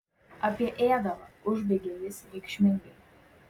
apie ėdalą užbaigė jis reikšmingai